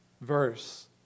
verse